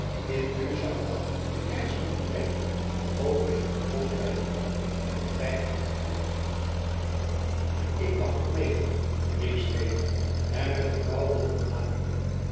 in u zou elk den krijgsman ontdekken ook is uw post bij t volk dat gij aan moet voeren maar ik mag toch meegaan riep zweder hem met gevouwen handen naderende